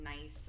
nice